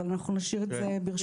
אבל אנחנו נשאיר את זה ברשותך.